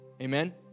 amen